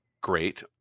great